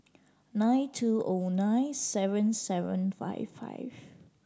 nine two O nine seven seven five five